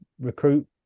recruit